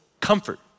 comfort